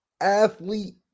athlete